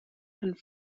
and